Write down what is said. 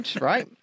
right